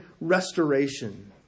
restoration